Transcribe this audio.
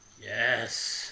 Yes